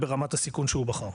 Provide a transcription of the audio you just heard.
ברמת הסיכון שהוא בחר.